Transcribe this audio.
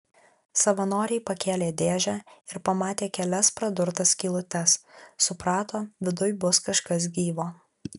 savanoriai pakėlė dėžę ir pamatė kelias pradurtas skylutes suprato viduj bus kažkas gyvo